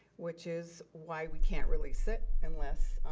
which is why we can't release it unless,